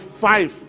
five